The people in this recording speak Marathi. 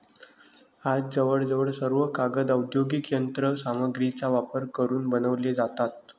आज जवळजवळ सर्व कागद औद्योगिक यंत्र सामग्रीचा वापर करून बनवले जातात